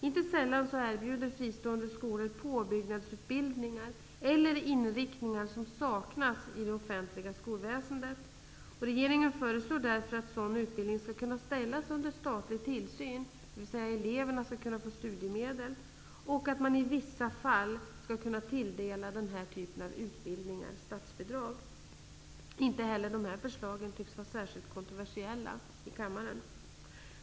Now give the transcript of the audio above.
Inte sällan erbjuder fristående skolor påbyggnadsutbildningar eller inriktningar som saknas i det offentliga skolväsendet. Regeringen föreslår därför att sådan utbildning skall kunna ställas under statlig tillsyn, dvs. att eleverna skall kunna få studiemedel, och att man i vissa fall skall kunna tilldela den typen av utbildningar statsbidrag. Inte heller de förslagen tycks vara särskilt kontroversiella i kammaren.